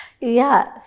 Yes